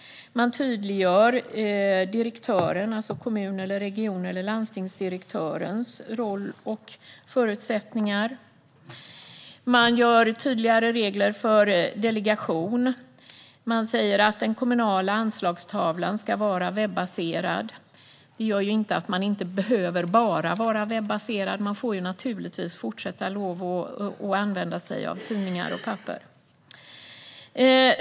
Man tydliggör direktörernas eller kommun, region eller landstingsdirektörens roll och förutsättningar. Man skapar tydligare regler för delegation. Man säger att den kommunala anslagstavlan ska vara webbaserad. Den måste inte vara bara webbaserad, utan kommunerna får naturligtvis fortsätta använda sig även av tidningar och papper.